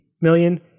million